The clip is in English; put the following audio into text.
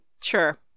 Sure